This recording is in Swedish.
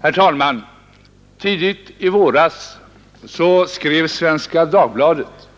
Herr talman! Tidigt i våras skrev Svenska Dagbladet